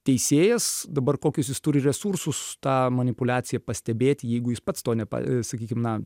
teisėjas dabar kokius jis turi resursus tą manipuliaciją pastebėti jeigu jis pats to nepa sakykim na